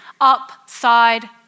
upside